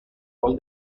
all